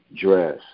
dress